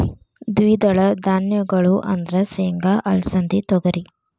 ದ್ವಿದಳ ಧಾನ್ಯಗಳು ಅಂದ್ರ ಸೇಂಗಾ, ಅಲಸಿಂದಿ, ತೊಗರಿ